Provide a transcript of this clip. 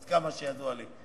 עד כמה שידוע לי.